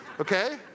okay